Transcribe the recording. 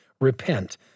repent